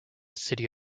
city